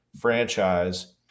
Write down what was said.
franchise